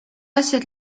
asjad